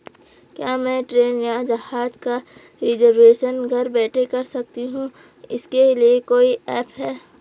क्या मैं ट्रेन या जहाज़ का रिजर्वेशन घर बैठे कर सकती हूँ इसके लिए कोई ऐप है?